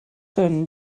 son